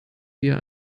wir